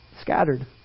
Scattered